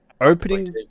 opening